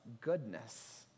goodness